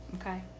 Okay